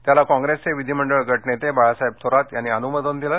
त्याला कॉप्रेसचे विधिमंडळ गटनेते बाळासाहेब थोरात यांनी अनुमोदन दिलं